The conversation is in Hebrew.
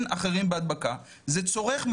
היא לא נמצאת בצו כי הצו יכיר בשתי הבדיקות,